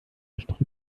gestrickt